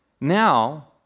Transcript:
Now